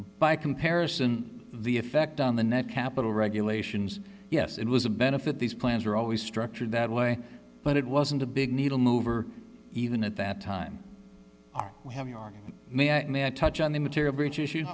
by comparison the effect on the net capital regulations yes it was a benefit these plans were always structured that way but it wasn't a big needle mover even at that time are we having our touch on the material br